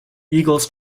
eagles